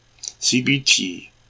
CBT